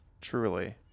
truly